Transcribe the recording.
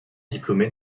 diplômé